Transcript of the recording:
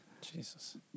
Jesus